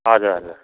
हजुर हजुर